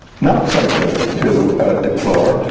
not something to deplore,